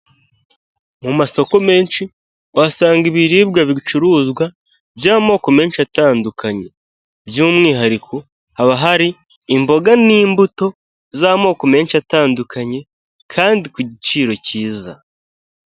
Mu masoko menshi uhasanga ibiribwa bicuruzwa by'amoko menshi atandukanye. By'umwihariko, haba hari imboga n'imbuto z'amoko menshi atandukanye kandi ku giciro cyiza.